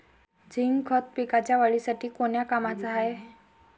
Zinc खत पिकाच्या वाढीसाठी कोन्या कामाचं हाये?